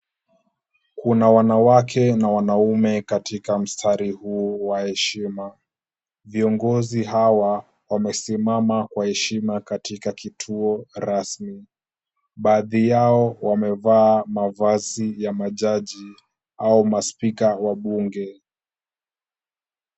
Kuna wanawake na wanaume katika mstari huu wa heshima. Viongozi hawa wamesimama kwa heshima katika kituo rasmi. Baadhi yao wamevaa mavazi ya majaji au maspika wa bunge.